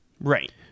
Right